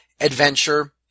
adventure